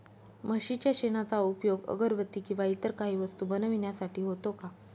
म्हशीच्या शेणाचा उपयोग अगरबत्ती किंवा इतर काही वस्तू बनविण्यासाठी होतो का?